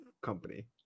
company